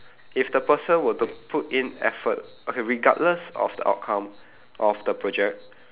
if the person were to put in effort okay regardless of the outcome of the project